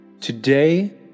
Today